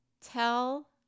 Tell